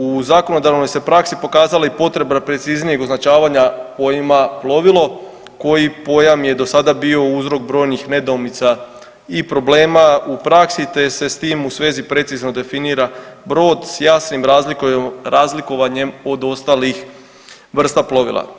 U zakonodavnoj se praksi pokazala i potreba preciznijeg označavanja pojma plovilo koji pojam je do sada bio uzrok brojnih nedoumica i problema u praksi, te se s tim u svezi precizno definira brod s jasnim razlikovanjem od ostalih vrsta plovila.